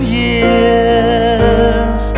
years